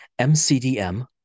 MCDM